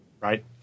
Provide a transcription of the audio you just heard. Right